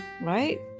right